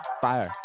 fire